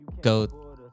go